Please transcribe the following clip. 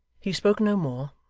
he spoke no more,